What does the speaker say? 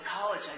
college